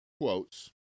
quotes